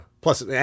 Plus